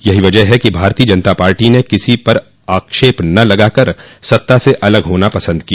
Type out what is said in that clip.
यही वजह है कि भारतीय जनता पार्टी ने किसी पर आक्षेप न लगा कर सत्ता से अलग होना पसंद किया